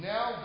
Now